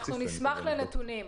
אנחנו נשמח לנתונים.